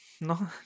no